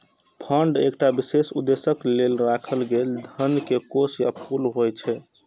fund एकटा विशेष उद्देश्यक लेल राखल गेल धन के कोष या पुल होइ छै